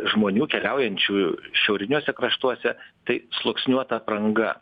žmonių keliaujančių šiauriniuose kraštuose tai sluoksniuota apranga